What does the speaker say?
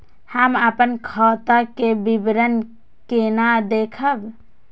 हम अपन खाता के विवरण केना देखब?